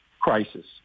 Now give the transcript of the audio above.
crisis